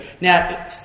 Now